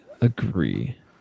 agree